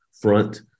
front